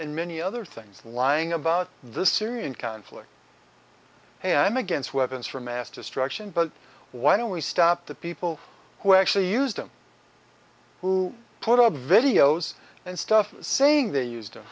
in many other things lying about this syrian conflict and i'm against weapons for mass destruction but why don't we stop the people who actually used them who put up videos and stuff saying they used